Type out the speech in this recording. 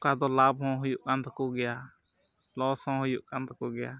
ᱚᱠᱟ ᱫᱚ ᱞᱟᱵᱷ ᱦᱚᱸ ᱦᱩᱭᱩᱜ ᱠᱟᱱ ᱛᱟᱠᱚ ᱜᱮᱭᱟ ᱞᱚᱥ ᱦᱚᱸ ᱦᱩᱭᱩᱜ ᱠᱟᱱ ᱛᱟᱠᱚ ᱜᱮᱭᱟ